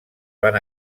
van